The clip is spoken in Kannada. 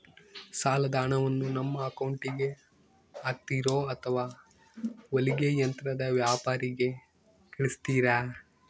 ಸಾಲದ ಹಣವನ್ನು ನಮ್ಮ ಅಕೌಂಟಿಗೆ ಹಾಕ್ತಿರೋ ಅಥವಾ ಹೊಲಿಗೆ ಯಂತ್ರದ ವ್ಯಾಪಾರಿಗೆ ಕಳಿಸ್ತಿರಾ?